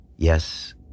Yes